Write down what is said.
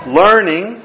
learning